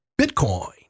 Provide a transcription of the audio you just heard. Bitcoin